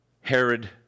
Herod